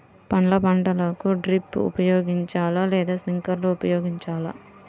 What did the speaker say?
పండ్ల పంటలకు డ్రిప్ ఉపయోగించాలా లేదా స్ప్రింక్లర్ ఉపయోగించాలా?